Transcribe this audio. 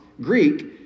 Greek